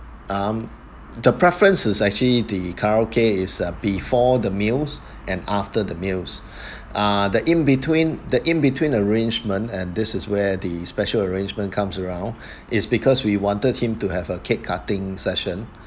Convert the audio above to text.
um the preferences actually the karaoke is before the meals and after the meals ah the in between the in between arrangement and this is where the special arrangement comes around is because we wanted him to have a cake cutting session